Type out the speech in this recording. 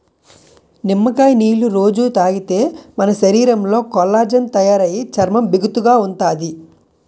నిమ్మకాయ నీళ్ళు రొజూ తాగితే మన శరీరంలో కొల్లాజెన్ తయారయి చర్మం బిగుతుగా ఉంతాది